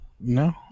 no